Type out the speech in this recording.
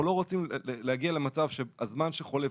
אנחנו לא רוצים להגיע למצב שהזמן שחולף,